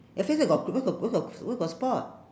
your face where got where got where got where got spot